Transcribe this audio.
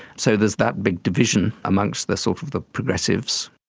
so there's that big division amongst the sort of the progressives.